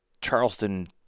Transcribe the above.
Charleston